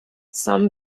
some